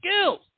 skills